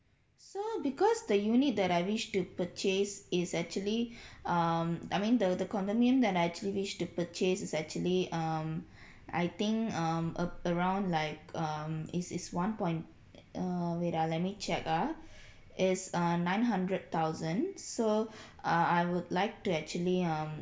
so because the unit that I wish to purchase is actually um I mean the the condominium that I actually wish to purchase is actually um I think um uh around like um is is one point err wait ah let me check ah is uh nine hundred thousand so uh I would like to actually um